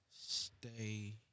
stay